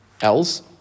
else